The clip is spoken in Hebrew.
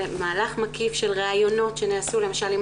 במהלך מקיף של ראיונות שנעשו למשל עם